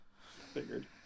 figured